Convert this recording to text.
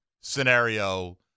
scenario